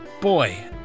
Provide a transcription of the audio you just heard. Boy